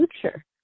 future